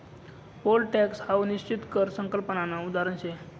pole tax हाऊ निश्चित कर संकल्पनानं उदाहरण शे